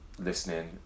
Listening